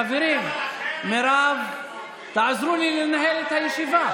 חברים, תעזרו לי לנהל את הישיבה.